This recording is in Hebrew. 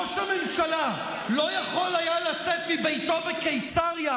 ראש הממשלה לא יכול היה לצאת מביתו בקיסריה,